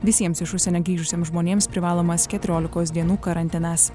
visiems iš užsienio grįžusiems žmonėms privalomas keturiolikos dienų karantinas